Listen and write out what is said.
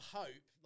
hope